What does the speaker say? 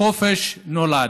לחופש נולד.